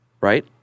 Right